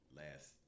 last